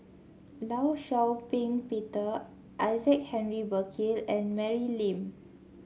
Law Shau Ping Peter Isaac Henry Burkill and Mary Lim